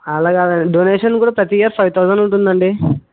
ఆలాగే అలాగే డొనేషన్ కూడా ప్రతి ఇయర్ ఫైవ్ థౌసండ్ ఉంటుంది అండి